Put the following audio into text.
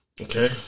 Okay